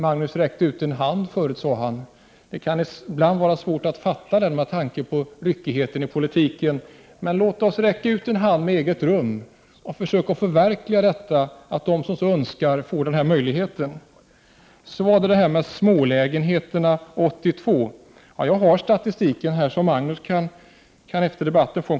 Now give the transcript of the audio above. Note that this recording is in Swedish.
Magnus Persson sade att han räckte ut en hand, men det kan ibland vara svårt att fatta den handen med tanke på ryckigheten i politiken. Men låt oss räcka ut en hand när det gäller eget rum och låt oss förverkliga målet att de som så vill kan få ett eget rum. Sedan till frågan om smålägenheterna 1982. Jag har statistiken här så Magnus Persson kan få en kopia efter debatten.